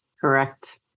Correct